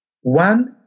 one